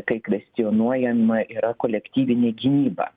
kai kvestionuojama yra kolektyvinė gynyba